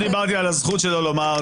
לא דיברתי על הזכות שלו לומר,